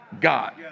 God